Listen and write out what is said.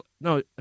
No